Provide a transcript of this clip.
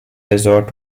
resort